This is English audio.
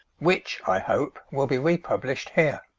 which, i hope, will be republished here.